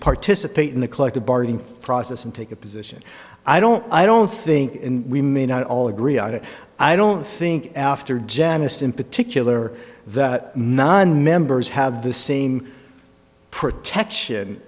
participate in the collective bargaining process and take a position i don't i don't think we may not all agree on it i don't think after genesis in particular that nine members have the same protection